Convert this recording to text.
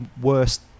worst